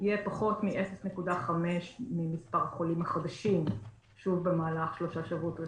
יהיה פחות מ-0.5% ממספר החולים החדשים במהלך שלושה שבועות רצופים.